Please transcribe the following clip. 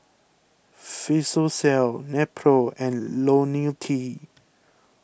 Physiogel Nepro and Lonil T